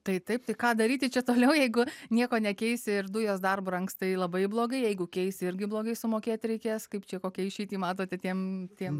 tai taip tai ką daryti čia toliau jeigu nieko nekeisi ir dujos dar brangs tai labai blogai jeigu keisi irgi blogai sumokėti reikės kaip čia kokią išeitį matote tiem tiem